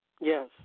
Yes